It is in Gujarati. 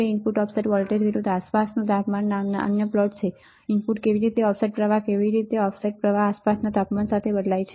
ઇનપુટ ઓફસેટ વોલ્ટેજ વિરુદ્ધ આસપાસનુ તાપમાન નામના અન્ય પ્લોટ છે ઇનપુટ કેવી રીતે ઓફસેટ પ્રવાહ કેવી રીતે ઇનપુટ ઓફસેટ પ્રવાહ આસપાસના તાપમાન સાથે બદલાય છે